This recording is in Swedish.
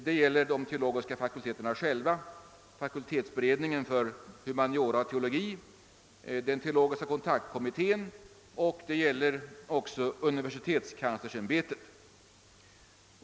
Det gäller de teologiska fakulteterna själva, fakultetsberedningen för humaniora och teologi, den teologiska kontaktkommittén och universitetskanslersämbetet.